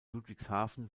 ludwigshafen